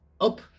up